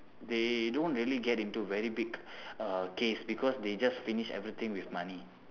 they don't really get into very big uh case because they just finish everything with money